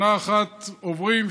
שנה אחת עוברים,